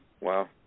Wow